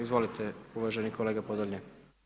Izvolite uvaženi kolega Podolnjak.